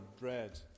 bread